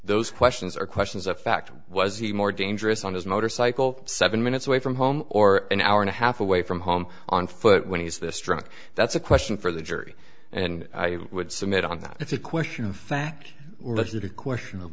those questions are questions of fact was he more dangerous on his motorcycle seven minutes away from home or an hour and a half away from home on foot when he's the struck that's a question for the jury and i would submit on that it's a question of fact that a question of